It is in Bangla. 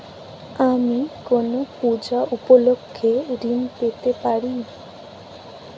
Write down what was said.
আমি কোনো পূজা উপলক্ষ্যে ঋন পেতে পারি কি?